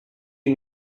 you